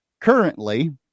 currently